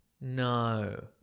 No